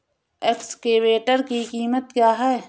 Excavator की कीमत क्या है?